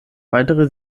weitere